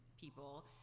people